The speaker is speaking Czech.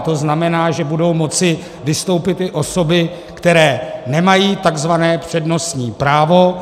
To znamená, že budou moci vystoupit i osoby, které nemají takzvané přednostní právo.